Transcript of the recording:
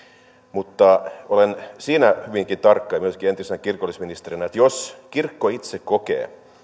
mutta olen siinä hyvin tarkka myöskin entisenä kirkollisministerinä että jos kirkko itse kokee